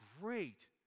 great